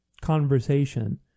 conversation